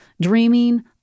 dreaming